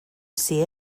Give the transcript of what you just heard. see